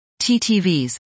TTVs